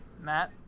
Matt